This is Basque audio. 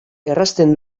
errazten